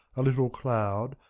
a little cloud,